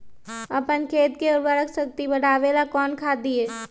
अपन खेत के उर्वरक शक्ति बढावेला कौन खाद दीये?